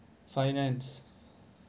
finance